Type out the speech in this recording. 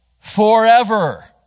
forever